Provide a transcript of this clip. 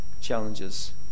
challenges